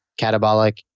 catabolic